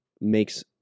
makes